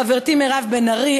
חברי מירב בן ארי,